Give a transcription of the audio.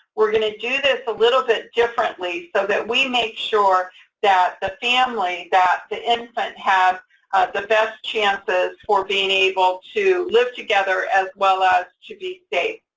we're going to do this a little bit differently so that we make sure that the family, that the infant has the best chances for being able to live together, as well as to be safe?